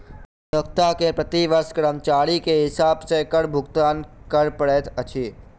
नियोक्ता के प्रति वर्ष कर्मचारी के हिसाब सॅ कर भुगतान कर पड़ैत अछि